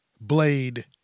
Blade